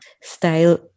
style